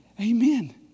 Amen